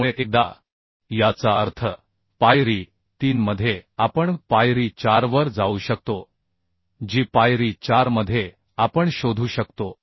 त्यामुळे एकदा याचा अर्थ पायरी 3 मध्ये आपण पायरी 4 वर जाऊ शकतो जी पायरी 4 मध्ये आपण शोधू शकतो